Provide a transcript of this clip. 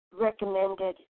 recommended